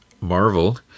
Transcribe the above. marvel